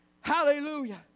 Hallelujah